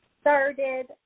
started